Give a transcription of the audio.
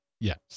Yes